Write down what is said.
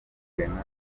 grenade